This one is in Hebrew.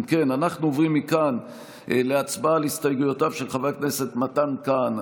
אנחנו עוברים מכאן להסתייגויותיו של חבר הכנסת מתן כהנא.